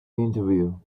interview